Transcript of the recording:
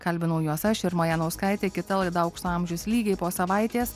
kalbinau juos aš irma janauskaitė kita laida aukso amžius lygiai po savaitės